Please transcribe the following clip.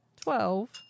Twelve